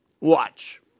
Watch